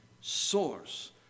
source